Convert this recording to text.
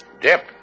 Dip